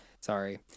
Sorry